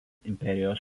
imperijos